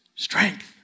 Strength